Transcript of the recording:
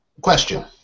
Question